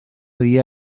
dia